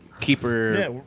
keeper